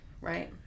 right